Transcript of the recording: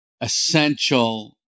essential